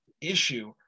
issue